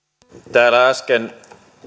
täällä äsken